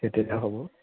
কেতিয়াকৈ হ'ব